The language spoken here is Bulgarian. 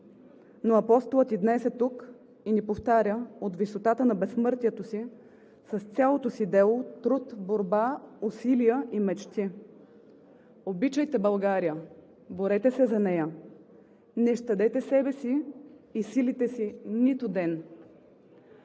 Но Апостола и днес е тук и ни повтаря от висотата на безсмъртието си с цялото си дело, труд, борба, усилия и мечти: „Обичайте България, борете се за нея, не щадете себе си и силите си нито ден!“